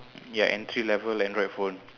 ya entry level Android phone